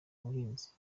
buhinzi